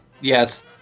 yes